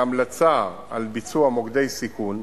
והמלצה על ביצוע מוקדי סיכון,